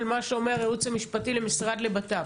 מה שאומר הייעוץ המשפטי למשרד לבט"פ.